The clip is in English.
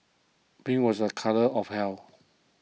pink was a colour of health